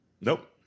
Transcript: nope